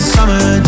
summer